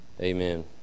Amen